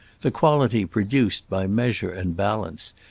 the quality produced by measure and balance,